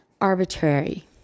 arbitrary